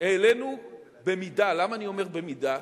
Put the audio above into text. העלינו במידה, למה אני אומר "במידה"?